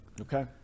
Okay